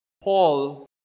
Paul